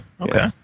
Okay